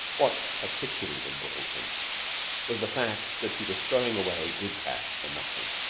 what particularly galled him was the fact that he was throwing away good cash for nothing.